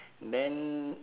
then